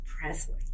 Presley